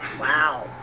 wow